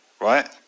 right